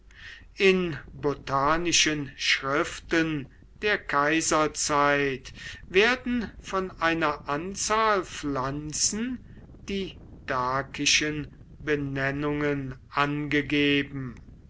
in botanischen schriften der kaiserzeit werden von einer anzahl pflanzen die dakischen benennungen angegeben